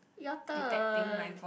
your turn